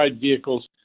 vehicles